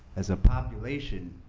as a population,